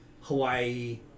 Hawaii